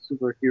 superhero